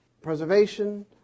preservation